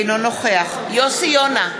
אינו נוכח יוסי יונה,